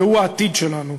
והוא העתיד שלנו.